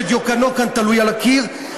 שדיוקנו תלוי כאן על הקיר,